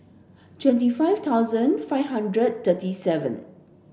twenty five thousand five hundred thirty seven